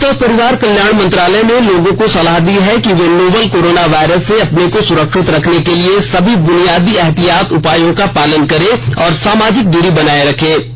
स्वास्थ्य और परिवार कल्याण मंत्रालय ने लोगों को सलाह दी है कि वे नोवल कोरोना वायरस से अपने को सुरक्षित रखने के लिए सभी बुनियादी एहतियाती उपायों का पालन करें और सामाजिक दूरी बनाए रखें